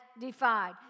defied